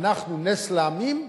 אנחנו נס לעמים,